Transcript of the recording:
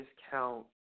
discount